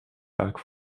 vaak